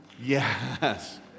Yes